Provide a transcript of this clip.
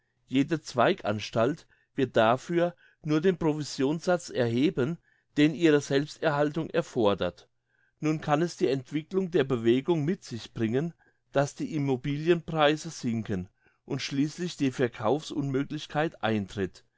jede zweiganstalt wird dafür nur den provisionssatz einheben den ihre selbsterhaltung erfordert nun kann es die entwicklung der bewegung mit sich bringen dass die immobilienpreise sinken und schliesslich die verkaufsunmöglichkeit eintritt